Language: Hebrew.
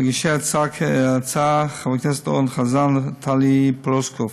מגישי ההצעה חברי הכנסת אורן חזן וטלי פלוסקוב,